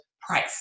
price